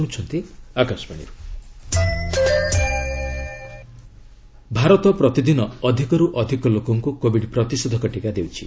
covid status Bharat ପ୍ରତିଦିନ ଅଧିକରୁ ଅଧିକ ଲୋକଙ୍କୁ କୋବିଡ ପ୍ରତିଷେଧକ ଟିକା ଦେଉଛି